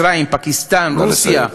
מצרים, פקיסטן, רוסיה,